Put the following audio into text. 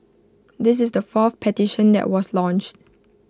this is the fourth petition that was launched